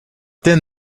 then